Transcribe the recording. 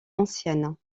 anciennes